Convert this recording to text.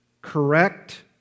correct